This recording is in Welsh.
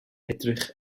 edrych